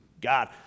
God